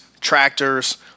tractors